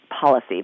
policy